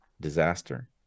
disaster